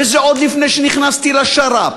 וזה עוד לפני שנכנסתי לשר"פ,